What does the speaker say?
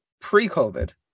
pre-covid